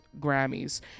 grammys